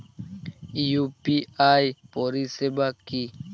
UPI পরিষেবা কি?